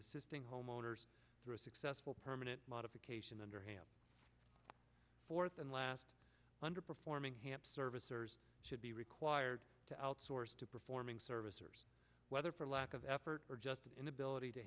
assisting homeowners through a successful permanent modification underhand fourth and last underperforming hamp servicers should be required to outsource to performing servicers whether for lack of effort or just an inability to